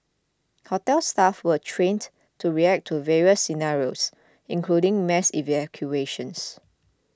hotel staff were trained to react to various scenarios including mass evacuations